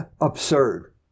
absurd